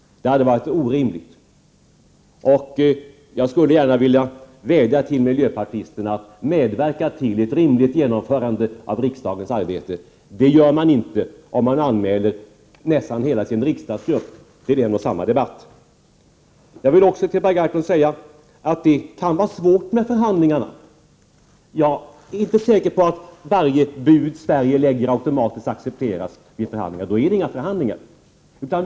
Det hade varit orimligt. Jag skulle vilja vädja till miljöpartisterna om deras medverkan till ett rimligt genomförande av riksdagens arbete. Det medverkar man inte till om man anmäler nästan hela riksdagsgruppen till en och samma debatt. Till Per Gahrton vill jag också säga att det kan vara svårt med förhandlingarna. Jag är inte säker på att varje bud som Sverige lägger automatiskt accepteras vid förhandlingarna — då är det ju heller inga förhandlingar.